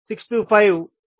625V02